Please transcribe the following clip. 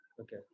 Okay